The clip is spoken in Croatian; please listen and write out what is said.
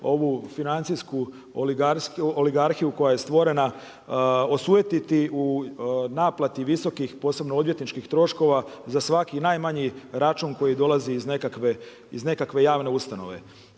ovu financijsku oligarhiju koja je stvorena osujetiti u naplati visokih, posebno odvjetničkih troškova, za svaki i najmanji račun koji dolazi iz nekakve javne ustanove.